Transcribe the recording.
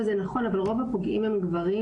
לא, זה נכון, אבל רוב הפוגעים הם גברים.